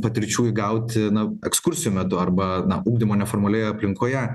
patirčių įgauti na ekskursijų metu arba na ugdymo neformalioje aplinkoje